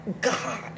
God